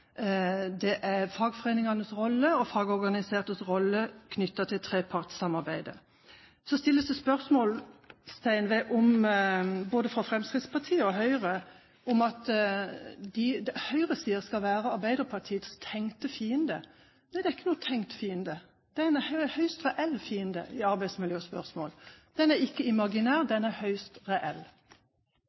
fagforeningenes rolle og fagorganisertes rolle knyttet til trepartssamarbeidet. Så spør man fra Fremskrittspartiets og Høyres side om høyresiden er Arbeiderpartiets tenkte fiende. Nei, det er ikke noen tenkt fiende. Det er en høyst reell fiende i arbeidsmiljøspørsmål. Den er ikke imaginær, den er høyst reell.